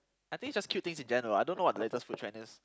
I think just cute things in general I don't know what the latest food trend is